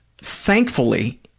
Thankfully